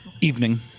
evening